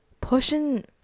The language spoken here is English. Pushing